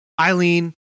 Eileen